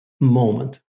moment